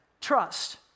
trust